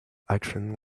actions